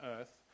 earth